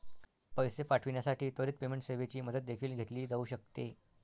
पैसे पाठविण्यासाठी त्वरित पेमेंट सेवेची मदत देखील घेतली जाऊ शकते